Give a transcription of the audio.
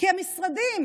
המשרדים